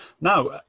now